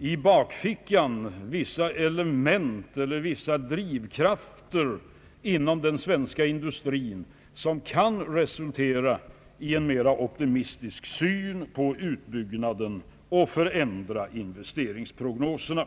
i bakfickan har vissa drivkrafter inom den svenska industrin som kan resultera i en mera optimistisk syn på utbyggnaden och kunna förändra investeringsprognoserna.